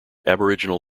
aboriginal